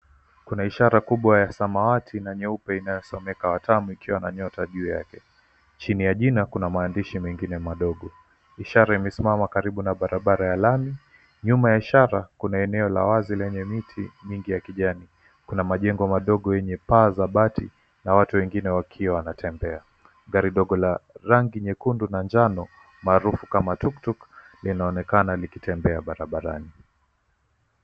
Kuna ishara kubwa ya samawati na nyeupe inayosomeka Watamu ikiwa na nyota juu yake. Chini ya jina kuna maandishi mengine madogo ishara imesimama karibu na barabara ya lami. Nyuma ya ishara kuna eneo la wazi lenye viti mingi ya kijani, kuna majengo madogo yenye paa za bati na watu wengine wakiwa wanatembea. Gari dogo la rangi nyekundu na njano, maarufu kama tuktuk, linaonekana nikitembea barabarani.